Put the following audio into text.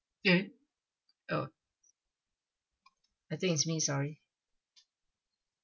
oh I think is me sorry